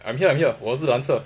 I'm here I'm here 我是蓝色